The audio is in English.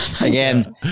Again